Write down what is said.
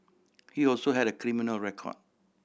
he also had a criminal record